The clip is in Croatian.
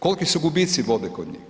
Koliki su gubici vode kod njih?